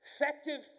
Effective